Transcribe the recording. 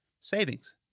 Savings